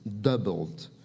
doubled